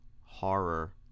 Horror